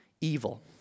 evil